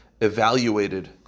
evaluated